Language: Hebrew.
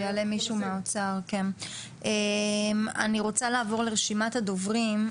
אני רוצה לעבור לרשימת הדוברים,